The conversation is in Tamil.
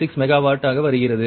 6 மெகாவாட் வருகிறது